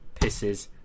pisses